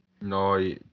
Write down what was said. No